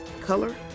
color